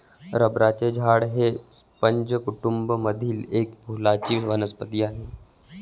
रबराचे झाड हे स्पर्ज कुटूंब मधील एक फुलांची वनस्पती आहे